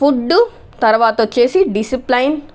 food తర్వాత వచ్చేసి discipline